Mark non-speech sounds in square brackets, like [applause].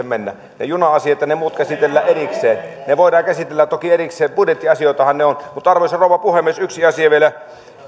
[unintelligible] mennä ja juna asiat ja ne muut käsitellään erikseen ne voidaan käsitellä toki erikseen budjettiasioitahan ne ovat arvoisa rouva puhemies yksi asia vielä